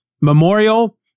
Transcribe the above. memorial